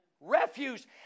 refuse